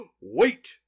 Wait